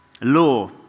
law